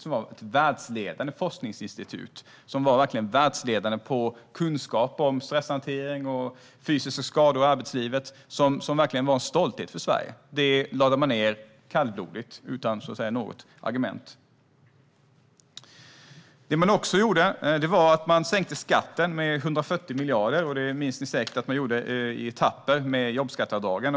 Det var ett världsledande forskningsinstitut, som verkligen var världsledande när det gäller kunskap om stresshantering och fysiska skador i arbetslivet. Det var en stolthet för Sverige. Detta lade regeringen kallblodigt ned utan att ha något argument. Man sänkte också skatten med 140 miljarder. Ni minns säkert att det gjordes i etapper med jobbskatteavdragen.